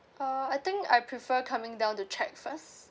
uh I think I prefer coming down to check first